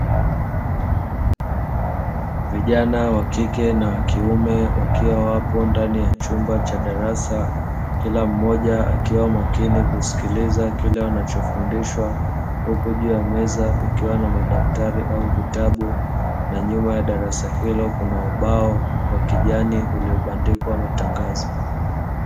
Vijana wa kike na wa kiume wakiwa wapo ndani ya chumba cha darasa kila mmoja akiwa makini kusikiliza kila wanachofundishwa huku juu ya meza kukiwa na madaftari au vitabu na nyuma ya darasa hilo kuna ubao wa kijani uliobandikwa matangazo.